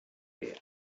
here